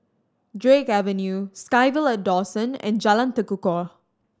Drake Avenue SkyVille at Dawson and Jalan Tekukor